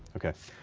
okay,